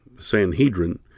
Sanhedrin